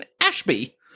Ashby